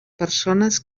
persones